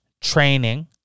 training